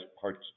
parts